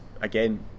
again